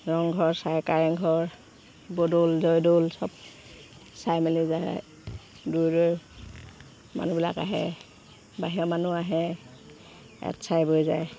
ৰংঘৰ চাই কাৰেংঘৰ শিৱদৌল জয়দৌল চব চাই মেলি যায় দূৰৰ দূৰৰ মানুহবিলাক আহে বাহিৰৰ মানুহ আহে ইয়াত চাই বৈ যায়